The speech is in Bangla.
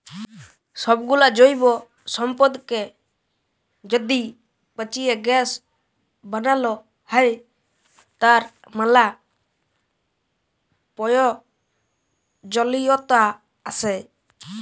সবগুলা জৈব সম্পদকে য্যদি পচিয়ে গ্যাস বানাল হ্য়, তার ম্যালা প্রয়জলিয়তা আসে